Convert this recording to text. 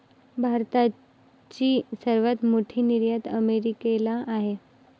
भारताची सर्वात मोठी निर्यात अमेरिकेला आहे